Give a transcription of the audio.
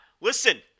Listen